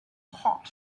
hot